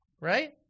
Right